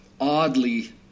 oddly